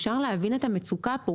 אפשר להבין את המצוקה פה.